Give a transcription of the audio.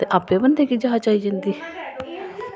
ते आपें बी बंदे गी जाच आई जंदे न